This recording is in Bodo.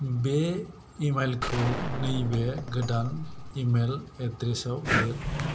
बे इमेइलखौ नैबे गोदान इमेइल एद्रेसाव लिर